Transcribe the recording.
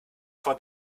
for